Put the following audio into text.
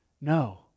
no